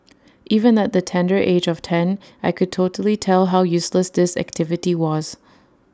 even at the tender age of ten I could totally tell how useless this activity was